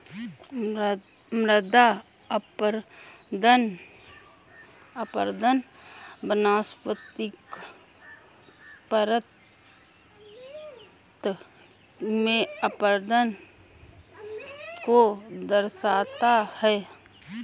मृदा अपरदन वनस्पतिक परत में अपरदन को दर्शाता है